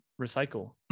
recycle